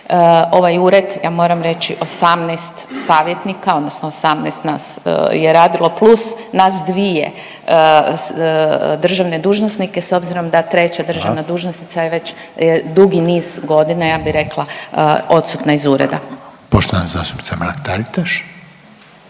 Ovaj Ured ja moram reći 18 savjetnika odnosno 18 nas je radilo plus nas dvije državne dužnosnike s obzirom da treća državna dužnosnica je već dugi niz godina ja bih rekla odsutna iz Ureda. **Reiner,